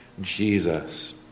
Jesus